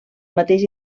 mateix